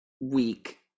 week